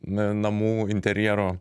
namų interjero